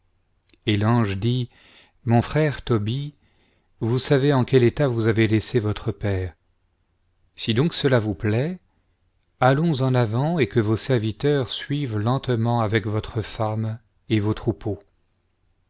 et l'ange dit mon frère tobie vous savez en quel état vous avez laissé votre père si donc cela vous plaît allons en avant et que vos serviteurs suivent lentement avec votre femme et vos troupeaux